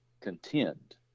contend